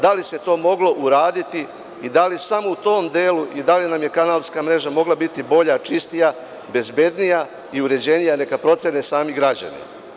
Da li se to moglo uraditi i da li samo u tom delu i da li nam je kanalska mreža mogla biti bolja, čistija, bezbednija i uređenija, to neka procene sami građani.